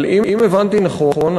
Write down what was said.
אבל אם הבנתי נכון,